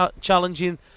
challenging